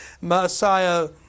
Messiah